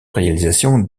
réalisations